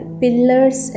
pillars